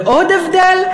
ועוד הבדל,